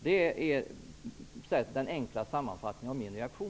Det är den enkla sammanfattningen av min reaktion.